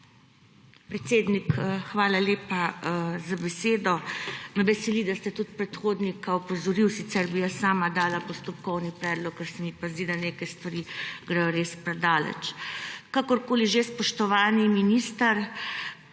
Predsednik, hvala lepa za besedo. Me veseli, da ste tudi predhodnika opozoril, sicer bi jaz sama dala postopkovni predlog, ker se mi pa zdi, da neke stvari gredo res predaleč. Spoštovani minister,